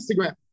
Instagram